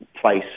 place